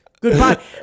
goodbye